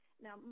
Now